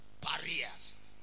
Barriers